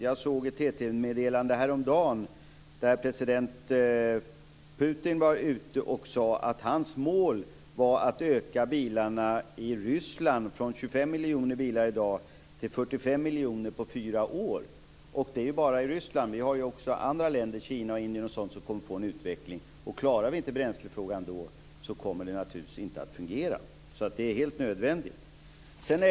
Jag såg ett TT-meddelande häromdagen där president Putin gick ut och sade att hans mål var att öka bilarnas antal i Ryssland från 25 miljoner i dag till 45 miljoner om fyra år. Och det är bara i Ryssland! Det finns ju också andra länder, t.ex. Kina och Indien, som kommer att få en utveckling. Klarar vi inte bränslefrågan då så kommer det naturligtvis inte att fungera. Det är alltså helt nödvändigt.